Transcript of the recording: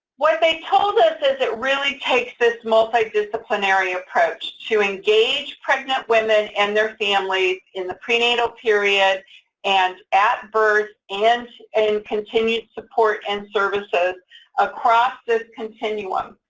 what they told us is, it really takes this multi-disciplinary approach to engage pregnant women and their families in the prenatal period and at birth, and in continued support and services across this continuum.